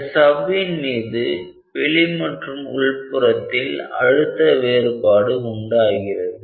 இந்த சவ்வின் மீது வெளி மற்றும் உள்புறத்தில் அழுத்த வேறுபாடு உண்டாகிறது